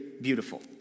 beautiful